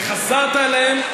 וחזרת עליהם.